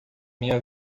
minha